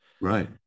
Right